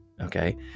Okay